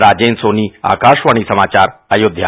राजेन्द्र सोनी आकाशवाणी समाचार अयोध्या